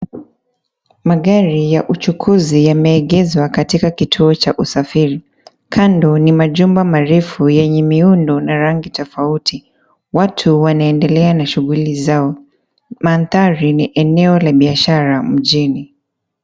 Magari ya uchukuzi yameegezwa katika kituo cha usafiri. Kando ni majumba marefu yenye miundo na rangi tofauti. Watu wanaendelea na shughuli zao. Mandhari ni eneo la biashara mjini.